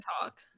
talk